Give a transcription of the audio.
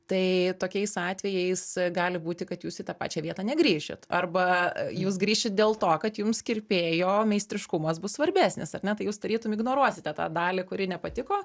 tai tokiais atvejais gali būti kad jūs į tą pačią vietą negrįšit arba jūs grįšit dėl to kad jums kirpėjo meistriškumas bus svarbesnis ar ne tai jūs tarytum ignoruosite tą dalį kuri nepatiko